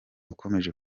ukomeje